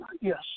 Yes